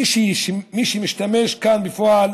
מי שמשמש כאן בפועל